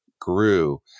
grew